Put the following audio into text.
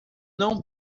não